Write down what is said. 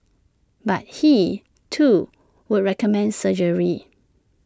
but he too would recommend surgery